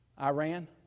Iran